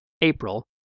April